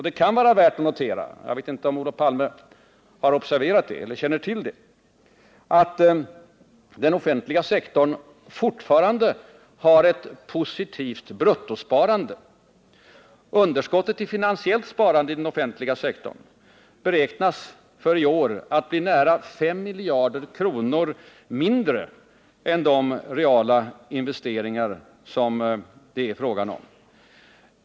Det kan vara värt att notera — jag vet inte om Olof Palme har observerat det — att den offentliga sektorn fortfarande har ett positivt bruttosparande. Underskottet i finansiellt sparande i den offentliga sektorn beräknas i år bli närmare fem miljarder kronor mindre än de reala investeringar som det är fråga om.